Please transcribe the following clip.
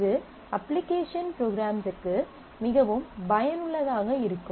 இது அப்ளிகேஷன் ப்ரோக்ராம்ஸ்ற்கு மிகவும் பயனுள்ளதாக இருக்கும்